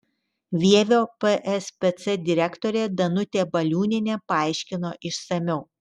vievio pspc direktorė danutė baliūnienė paaiškino išsamiau